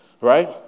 Right